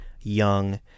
young